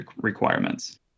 requirements